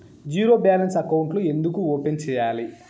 zero balance అకౌంట్లు ఎందుకు open సేయాలి